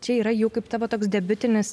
čia yra jų kaip tavo toks debiutinis